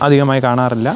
അധികമായി കാണാറില്ല